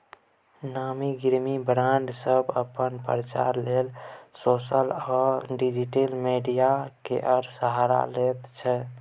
नामी गिरामी ब्राँड सब अपन प्रचार लेल सोशल आ डिजिटल मीडिया केर सहारा लैत छै